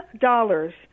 dollars